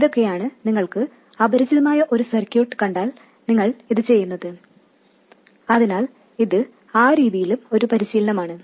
ഇതൊക്കെയാണ് നിങ്ങൾ അപരിചിതമായ ഒരു സർക്യൂട്ട് കണ്ടാൽ ചെയ്യുന്നത് അതിനാൽ ഇത് ആ രീതിയിലും ഒരു പരിശീലനമാണ്